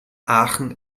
aachen